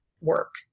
work